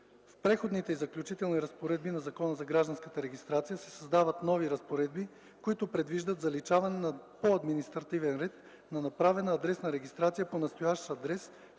В Преходните и заключителните разпоредби на Закона за гражданската регистрация се създават нови разпоредби, които предвиждат заличаване по административен ред на направена адресна регистрация по настоящ адрес